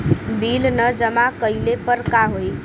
Bill न जमा कइले पर का होई?